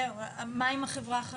מה עם החברה החרדית?